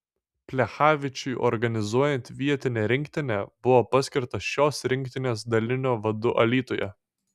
plechavičiui organizuojant vietinę rinktinę buvo paskirtas šios rinktinės dalinio vadu alytuje